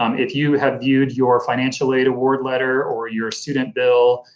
um if you have viewed your financial aid award letter or your student bill,